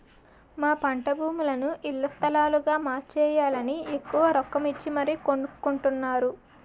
మా పంటభూములని ఇళ్ల స్థలాలుగా మార్చేయాలని ఎక్కువ రొక్కమిచ్చి మరీ కొనుక్కొంటున్నారు